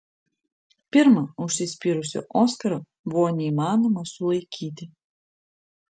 pirma užsispyrusio oskaro buvo neįmanoma sulaikyti